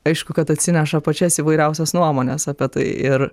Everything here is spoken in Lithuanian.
aišku kad atsineša pačias įvairiausias nuomones apie tai ir